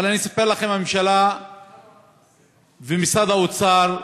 אבל אני אספר לכם: הממשלה ומשרד האוצר,